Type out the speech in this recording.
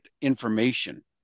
information